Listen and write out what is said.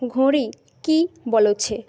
ঘড়ি কি বলছে